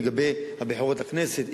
לגבי הבחירות לכנסת,